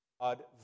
God